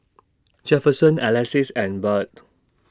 Jefferson Alexis and Byrd